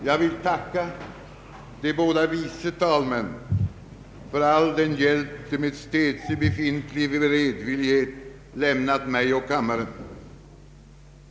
Jag vill tacka de båda vice talmännen för all den hjälp de med städse befintlig beredvillighet lämnat mig och kammaren.